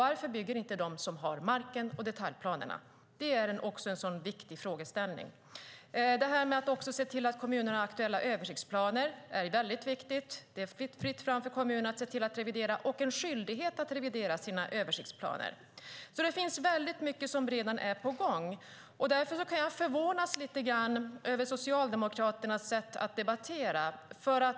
Varför bygger inte de som har marken och detaljplanerna? Det är också en viktig frågeställning. Att se till att kommunerna har aktuella översiktsplaner är väldigt viktigt. Det är fritt fram för kommuner att se till att revidera sina översiktsplaner - de har en skyldighet att göra det. Det finns väldigt mycket som redan är på gång. Därför kan jag förvånas lite grann över Socialdemokraternas sätt att debattera.